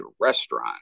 restaurant